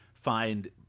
find